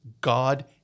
God